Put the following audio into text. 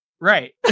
right